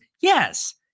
Yes